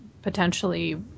potentially